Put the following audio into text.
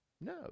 No